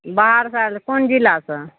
बाहर से आएल हँ कोन जिलासँ